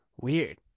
Weird